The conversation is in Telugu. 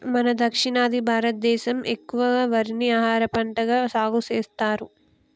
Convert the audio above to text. మన దక్షిణాది భారతదేసం ఎక్కువగా వరిని ఆహారపంటగా సాగుసెత్తారు